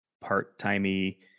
part-timey